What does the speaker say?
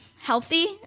healthy